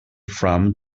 from